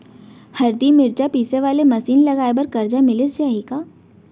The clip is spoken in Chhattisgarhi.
हरदी, मिरचा पीसे वाले मशीन लगाए बर करजा मिलिस जाही का?